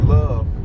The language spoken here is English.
love